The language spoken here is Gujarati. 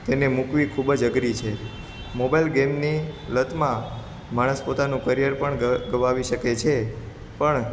તેને મૂકવી ખૂબ અધરી છે મોબાઈલ ગેમની લતમાં માણસ પોતાનું કરિયર પણ ગવાવી શકે છે પણ